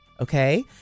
okay